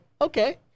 Okay